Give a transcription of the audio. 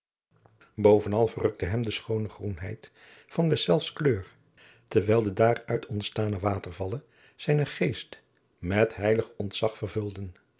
bovenal verrukte hem de schoone groenheid van deszelfs kleur terwijl de daaruit ontstaande watervallen zijnen geest met heilig ontzag vervulden